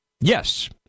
Yes